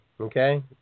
okay